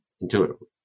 intuitively